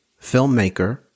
filmmaker